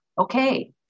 Okay